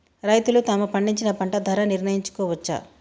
రైతులు తాము పండించిన పంట ధర నిర్ణయించుకోవచ్చా?